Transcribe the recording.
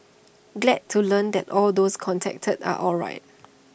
glad to learn that all those contacted are alright